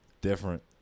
Different